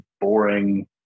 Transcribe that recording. boring